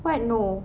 what no